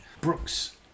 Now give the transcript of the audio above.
Brooks